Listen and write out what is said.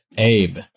Abe